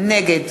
נגד